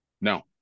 No